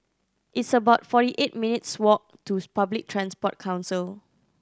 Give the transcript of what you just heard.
it's about forty eight minutes' walk to Public Transport Council